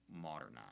modernize